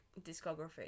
discography